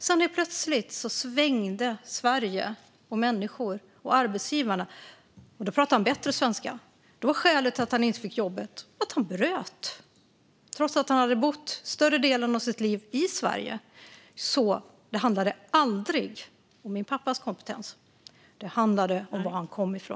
Sedan svängde helt plötsligt Sverige, människorna och arbetsgivarna. Då pratade han bättre svenska. Då var det faktum att han bröt skäl till att han inte fick jobb, trots att han hade bott större delen av sitt liv i Sverige. Det handlade alltså aldrig om min pappas kompetens. Det handlade om varifrån han kom.